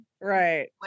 Right